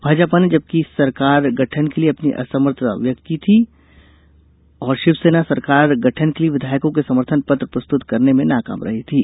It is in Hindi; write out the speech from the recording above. भाजपा ने जबकि सरकार गठन के लिये अपनी असमर्थता व्यक्त की थी जबकि शिवसेना सरकार गठन के लिए विधायकों के समर्थन पत्र प्रस्तुत करने में नाकाम रही थी